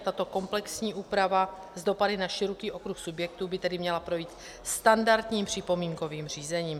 Tato komplexní úprava s dopady na široký okruh subjektů by tedy měla projít standardním připomínkovým řízením.